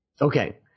okay